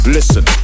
Listen